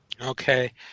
Okay